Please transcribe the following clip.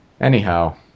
Anyhow